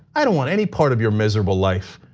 i don't want any part of your miserable life.